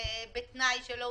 אני חברה של תאורה.